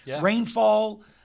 rainfall